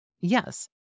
Yes